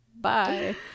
Bye